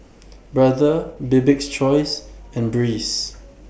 Brother Bibik's Choice and Breeze